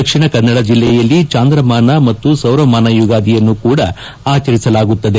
ದಕ್ಷಿಣ ಕನ್ನಡ ಜಿಲ್ಲೆಯಲ್ಲಿ ಚಾಂದ್ರಮಾನ ಮತ್ತು ಸೌರಮಾನ ಯುಗಾದಿಯನ್ನು ಕೂಡ ಆಚರಿಸಲಾಗುತ್ತದೆ